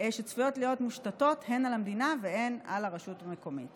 שצפויות להיות מושתתות הן על המדינה והן על הרשות המקומית.